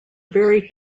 very